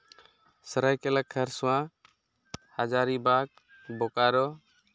ᱥᱟᱹᱨᱟᱹᱭᱠᱮᱞᱞᱟ ᱠᱷᱟᱹᱨᱥᱟᱣᱟ ᱦᱟᱡᱟᱨᱤ ᱵᱟᱜᱽ ᱵᱳᱠᱟᱨᱳ